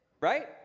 right